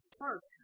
first